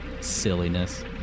Silliness